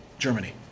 Germany